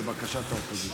לבקשת האופוזיציה.